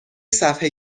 صفحه